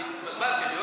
אני התבלבלתי,